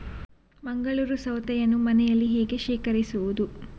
ಮಂಗಳೂರು ಸೌತೆಯನ್ನು ಮನೆಯಲ್ಲಿ ಹೇಗೆ ಶೇಖರಿಸುವುದು?